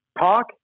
talk